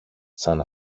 σαν